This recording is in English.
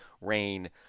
rain